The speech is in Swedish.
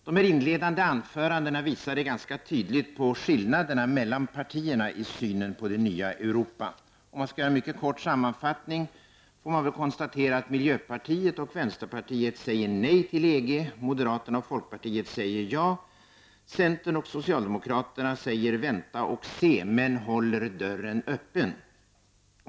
De inledande anförandena påvisade tydligt skillnaderna mellan partierna i synen på det nya Europa. Om jag gör en kort sammanfattning kan jag konstatera att miljöpartiet och vänsterpartiet säger nej till EG, att moderaterna och folkpartiet säger ja samt att socialdemokraterna och centern säger vänta och se, men håller dörren öppen.